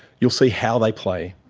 you'll see how they play.